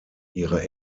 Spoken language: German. ihre